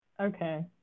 Okay